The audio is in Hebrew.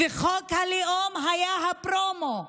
וחוק הלאום היה הפרומו.